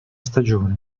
stagione